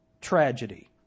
tragedy